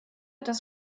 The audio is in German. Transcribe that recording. dass